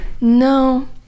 no